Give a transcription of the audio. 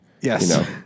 Yes